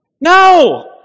No